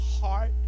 heart